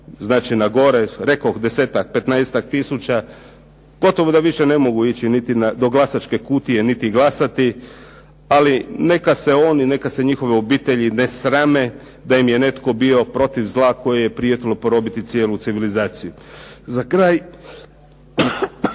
znači na gore, rekoh desetak, petnaestak tisuća, gotovo da više ne mogu ići niti do glasačke kutije, niti glasati, ali neka se oni i neka se njihove obitelji ne srame da im je netko bio protiv zla koje je prijetilo porobiti cijelu civilizaciju. Za kraj,